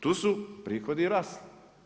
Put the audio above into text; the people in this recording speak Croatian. Tu su prihodi rasli.